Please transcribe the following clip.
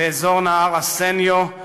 באזור נהר הסניו,